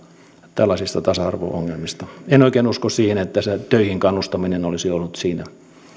tällaisista tasa arvo ongelmista en oikein usko siihen että se töihin kannustaminen olisi ollut siinä